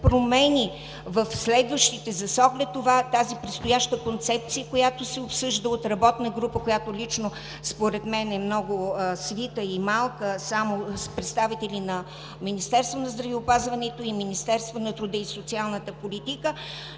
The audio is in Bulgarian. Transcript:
промени в следващите, с оглед на това тази предстояща концепция, която се обсъжда от работна група, която лично според мен е много свита и малка – само с представители на Министерството на здравеопазването и Министерството на труда и социалната политика,